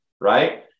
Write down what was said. right